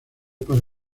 para